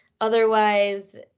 Otherwise